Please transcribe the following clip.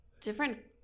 different